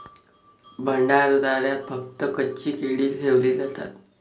भंडारदऱ्यात फक्त कच्ची केळी ठेवली जातात